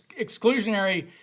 exclusionary